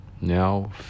Now